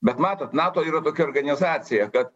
bet matot nato yra tokia organizacija kad